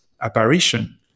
apparition